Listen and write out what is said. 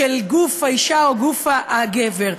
של גוף האישה או גוף הגבר.